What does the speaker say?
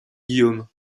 guillaume